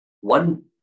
One